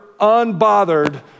unbothered